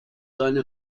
seine